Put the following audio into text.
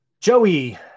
Joey